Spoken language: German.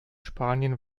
spanien